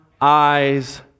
eyes